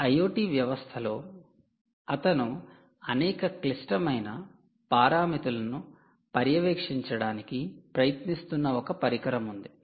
ఈ IoT వ్యవస్థలో అతను అనేక క్లిష్టమైన పారామితులను పర్యవేక్షించడానికి ప్రయత్నిస్తున్న ఒక పరికరం ఉంది